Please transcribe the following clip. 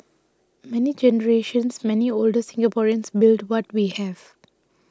many generations many older Singaporeans built what we have